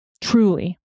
Truly